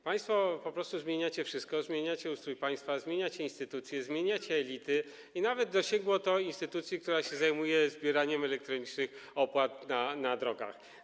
Państwo po prostu zmieniacie wszystko, zmieniacie ustrój państwa, zmieniacie instytucje, zmieniacie elity, i nawet dosięgło to instytucji, która się zajmuje zbieraniem elektronicznych opłat na drogach.